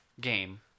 game